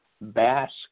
Basque